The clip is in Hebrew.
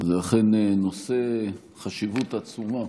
זה אכן נושא בעל חשיבות עצומה.